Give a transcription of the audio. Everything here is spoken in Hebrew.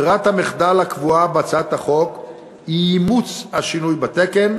ברירת המחדל הקבועה בהצעת החוק היא אימוץ השינוי בתקן,